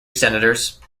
senators